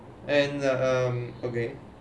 and um okay